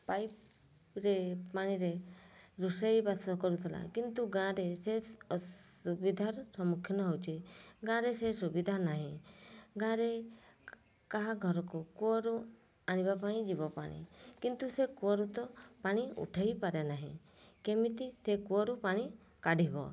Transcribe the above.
ପାଇପ୍ରେ ପାଣିରେ ରୋଷେଇବାସ କରୁଥଲା କିନ୍ତୁ ଗାଁରେ ସେ ଅସୁବିଧାର ସମ୍ମୁଖୀନ ହେଉଛି ଗାଁରେ ସେ ସୁବିଧା ନାହିଁ ଗାଁରେ କାହା ଘରକୁ କୂଅରୁ ଆଣିବା ପାଇଁ ଯିବ ପାଣି କିନ୍ତୁ ସେ କୂଅରୁ ତ ପାଣି ଉଠାଇପାରେ ନାହିଁ କେମିତି ସେ କୂଅରୁ ପାଣି କାଢ଼ିବ